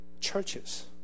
churches